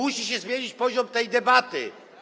Musi się zmienić poziom tej debaty.